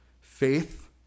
faith